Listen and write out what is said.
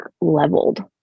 leveled